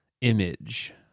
image